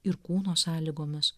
ir kūno sąlygomis